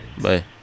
bye